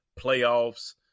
playoffs